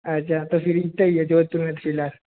अच्छा तो फिर इतना ही है जोधपुर में फ़िलहाल